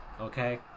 Okay